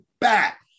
back